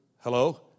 Hello